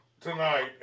tonight